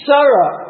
Sarah